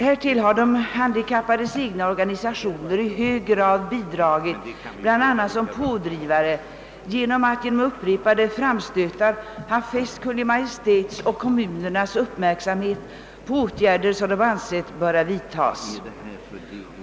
Härtill har de handikappades egna organisationer i hög grad bidragit, bl.a. som pådrivare genom att medelst upprepade framstötar fästa Kungl. Maj:ts och kommunernas uppmärksamhet på åtgärder som de ansett böra vidtas.